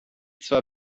zwar